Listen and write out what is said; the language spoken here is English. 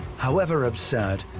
however absurd,